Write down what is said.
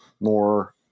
more